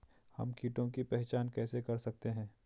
हम कीटों की पहचान कैसे कर सकते हैं?